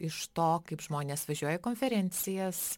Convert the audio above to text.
iš to kaip žmonės važiuoja į konferencijas